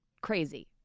crazy